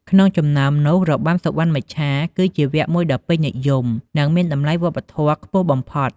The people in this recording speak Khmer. ក្នុងចំណោមនោះ របាំសុវណ្ណមច្ឆាគឺជាវគ្គមួយដ៏ពេញនិយម និងមានតម្លៃវប្បធម៌ខ្ពស់បំផុត។